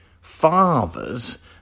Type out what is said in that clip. fathers